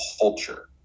culture